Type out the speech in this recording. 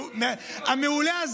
מעולה.